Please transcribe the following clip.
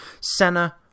Senna